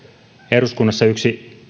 eduskunnassa yksi